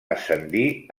ascendir